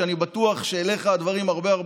אני בטוח שלך הדברים נוגעים הרבה,